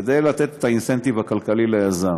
כדי לתת את האינסנטיב הכלכלי ליזם.